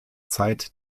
zeit